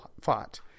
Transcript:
fought